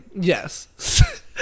Yes